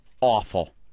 awful